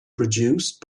produced